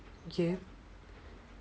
okay